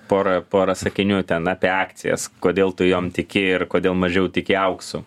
pora pora sakinių ten apie akcijas kodėl tu jom tiki ir kodėl mažiau tiki auksu